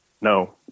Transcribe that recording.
No